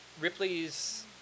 Ripley's